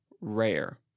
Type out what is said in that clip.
rare